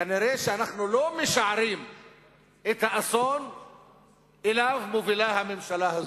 כנראה אנחנו לא משערים את האסון שאליו מובילה הממשלה הזאת.